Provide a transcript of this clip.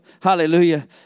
Hallelujah